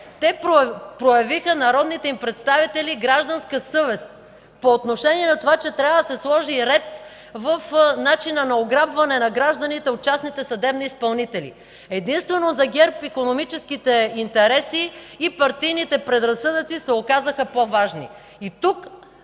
и на БДЦ. Народните им представители проявиха гражданска съвест по отношение на това, че трябва да се сложи ред в начина на ограбване на гражданите от частните съдебни изпълнители. Единствено за ГЕРБ икономическите интереси и партийните предразсъдъци се оказаха по-важни.